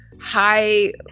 high